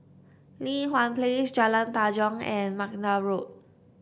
Li Hwan Place Jalan Tanjong and McNair Road